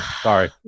sorry